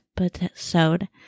episode